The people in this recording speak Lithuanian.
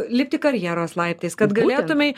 lipti karjeros laiptais kad galėtumei